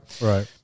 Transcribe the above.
Right